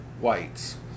whites